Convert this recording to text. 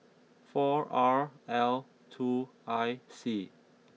four R L two I C